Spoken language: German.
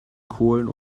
kohlen